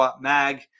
Mag